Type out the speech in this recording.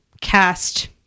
cast